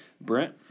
brent